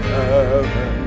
heaven